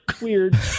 weird